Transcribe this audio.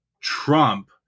Trump